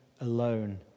alone